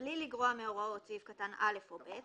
"(ב1)בלי לגרוע מהוראות סעיף קטן (א) או (ב),